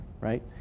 right